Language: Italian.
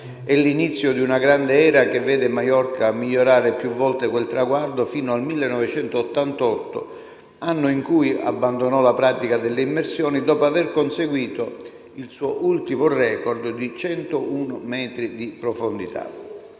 È l'inizio di una grande era che vede Maiorca migliorare più volte quel traguardo, fino al 1988, anno in cui abbandonò la pratica delle immersioni, dopo aver conseguito il suo ultimo record di 101 metri di profondità.